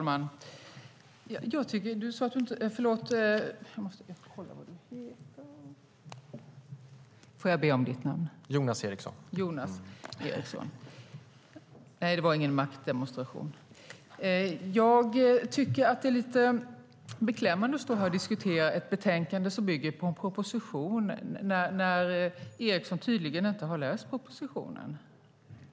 Herr talman! Jag tycker att det är lite beklämmande att stå här och diskutera ett betänkande som bygger på en proposition när Eriksson tydligen inte har läst propositionen.